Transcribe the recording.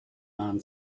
man